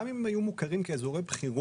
גם אם הם היו מוכרים כאזורי בחירות,